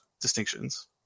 distinctions